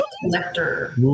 collector